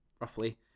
roughly